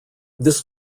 this